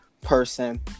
person